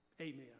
amen